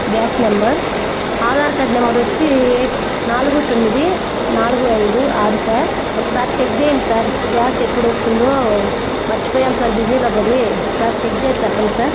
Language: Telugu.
gas number Aadhaar card number వచ్చి నాలుగు తొమ్మిది నాలుగు ఐదు ఆరు సార్ ఒకసారి చెక్ చేయండి సార్ గ్యాస్ ఎప్పుడు వ స్తుందో మర్చిపోయాము సార్ బిజీలో పడి ఒకసారి చెక్ చేసి చెప్పండి సార్